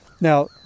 Now